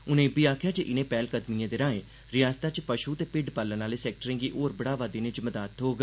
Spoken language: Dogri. उनें इब्बी आखेआ जे इनें पैह्लकदमिएं राएं रिआसता च पशु ते भिड्ड पालन आह्ले सैक्टरें गी होर बढ़ावा देने च मदाद थ्होग